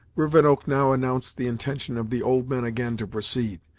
rivenoak now announced the intention of the old men again to proceed,